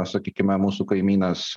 sakykime mūsų kaimynas